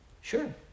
Sure